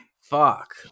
Fuck